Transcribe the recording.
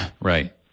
right